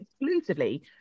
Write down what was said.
exclusively